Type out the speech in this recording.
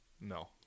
No